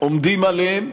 עומדים עליהם,